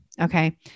Okay